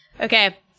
okay